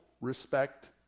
respect